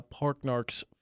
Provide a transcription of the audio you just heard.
Parknarks